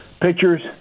Pictures